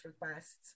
requests